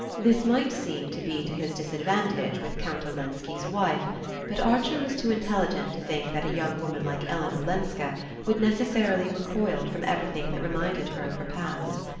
this might seem to be to his disadvantage with count olenski's wife but archer was too intelligent to think that a young woman like ellen olenska would necessarily recoil from everything that reminded her of her past.